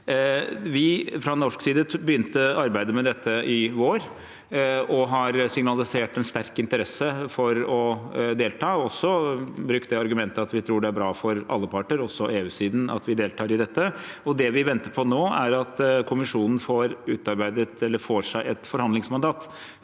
Fra norsk side begynte vi arbeidet med dette i vår og har signalisert en sterk interesse for å delta, og vi har også brukt det argumentet at vi tror det er bra for alle parter, også EU-siden, at vi deltar i dette. Det vi venter på nå, er at Kommisjonen får seg et forhandlingsmandat,